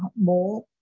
more